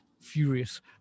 furious